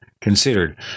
considered